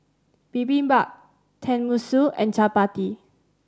Bibimbap Tenmusu and Chapati